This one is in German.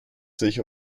sich